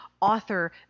author